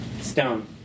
Stone